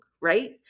right